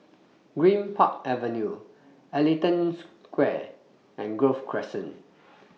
Greenpark Avenue Ellington Square and Grove Crescent